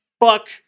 fuck